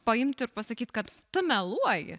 paimt ir pasakyt kad tu meluoji